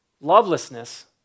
lovelessness